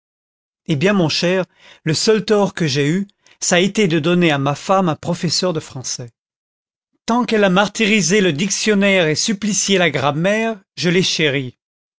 eh bien mon cher le seul tort que j'ai eu ça été de donner à ma femme un professeur de français tant qu'elle a martyrisé le dictionnaire et supplicié la grammaire je l'ai chérie